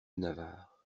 navarre